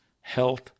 health